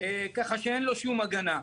ככה שאין לו שום הגנה.